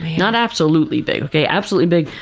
not absolutely big, okay. absolutely big,